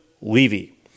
Levy